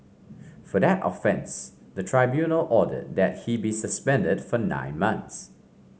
for that offence the tribunal ordered that he be suspended for nine months